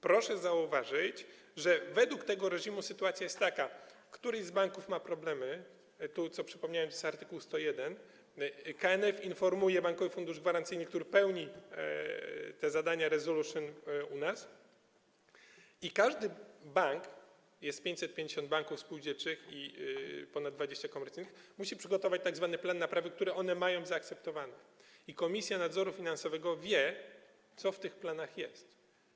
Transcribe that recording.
Proszę zauważyć, że według tego reżimu sytuacja jest taka: któryś z banków ma problemy, tu jest, jak przypomniałem, art. 101, KNF informuje Bankowy Fundusz Gwarancyjny, który pełni u nas te zadania resolution, każdy bank - jest 550 banków spółdzielczych i ponad 20 komercyjnych - musi przygotować tzw. plan naprawy, który one mają zaakceptowany, i Komisja Nadzoru Finansowego wie, co w tych planach jest.